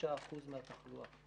95% מהתחלואה.